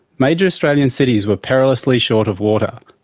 major australian cities were perilously short of water.